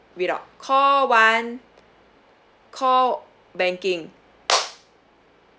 wait oh call one call banking